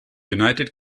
united